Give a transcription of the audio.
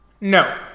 No